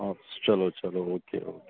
اَدٕ سا چلو چلو او کے او کے